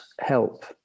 help